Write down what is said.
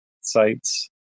sites